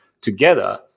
together